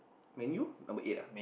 Man-U number eight ah